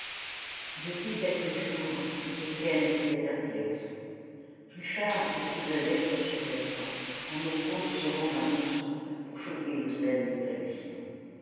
depuis quelques jours étienne était perplexe pluchart écrivait lettre sur lettre en offrant de se rendre à montsou pour chauffer le zèle des grévistes